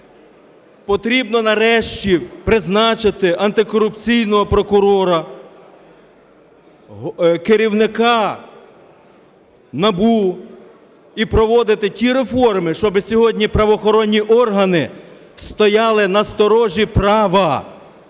Потрібно, нарешті, призначити антикорупційного прокурора, керівника НАБУ і проводити ті реформи, щоб сьогодні правоохоронні органи стояли на сторожі права,